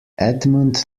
edmund